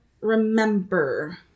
remember